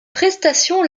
prestations